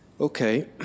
Okay